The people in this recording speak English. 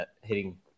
hitting